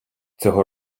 цього